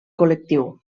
col·lectiu